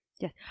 Yes